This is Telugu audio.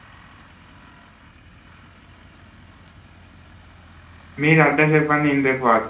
అకౌంట్ ఉండాలి అకౌంట్లో ఒక థౌజండ్ అమౌంట్ ఉండాలి